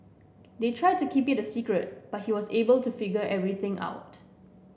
they tried to keep it a secret but he was able to figure everything out